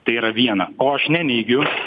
tai yra viena o aš neneigiu